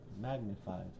magnified